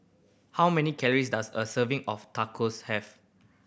how many calories does a serving of Tacos have